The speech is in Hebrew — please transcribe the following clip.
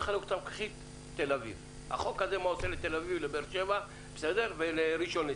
ניקח את תל אביב, באר שבע וראשון לציון.